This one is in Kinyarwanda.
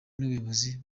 n’ubuyobozi